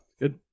good